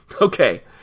Okay